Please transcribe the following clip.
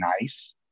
nice